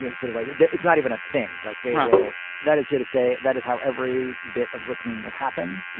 yeah sort of like it's not even a thing. like, they will that is here to stay. that is how every bit of listening will happen.